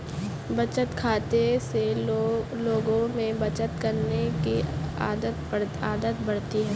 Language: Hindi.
बचत खाते से लोगों में बचत करने की आदत बढ़ती है